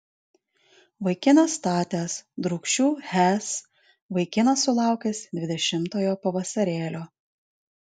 vaikinas statęs drūkšių hes vaikinas sulaukęs dvidešimtojo pavasarėlio